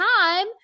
time